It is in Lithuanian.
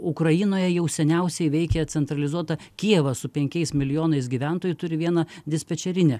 ukrainoje jau seniausiai veikia centralizuota kijevas su penkiais milijonais gyventojų turi vieną dispečerinę